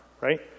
right